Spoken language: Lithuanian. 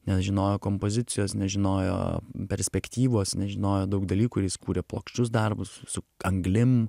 nežinojo kompozicijos nežinojo perspektyvos nežinojo daug dalykų ir jis kūrė plokščius darbus su anglim